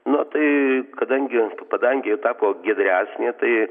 na tai kadangi padangė tapo giedresnė tai